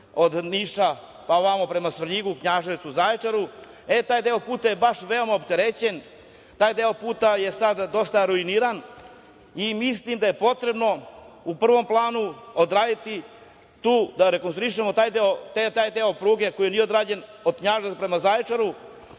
od Niša na ovamo, prema Svrljigu, Knjaževcu, Zaječaru. Taj deo puta je veoma opterećen, taj deo puta je sada dosta ruiniran i mislim da je potrebno u prvom planu odraditi da rekonstruišemo taj deo pruge koji nije odrađen od Knjaževca prema Zaječaru